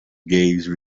gaze